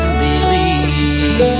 believe